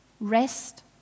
rest